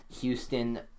Houston